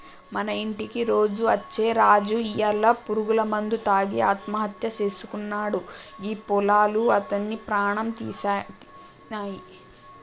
మన ఇంటికి రోజు అచ్చే రాజు ఇయ్యాల పురుగుల మందు తాగి ఆత్మహత్య సేసుకున్నాడు గీ పొలాలు అతని ప్రాణం తీసినాయి